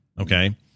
okay